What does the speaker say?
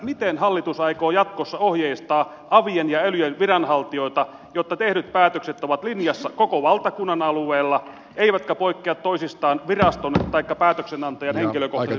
miten hallitus aikoo jatkossa ohjeistaa avien ja elyjen viranhaltijoita jotta tehdyt päätökset ovat linjassa koko valtakunnan alueella eivätkä poikkea toisistaan viraston taikka päätöksenantajan henkilökohtaisen mielipiteen mukaan